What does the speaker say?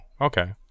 okay